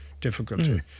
difficulty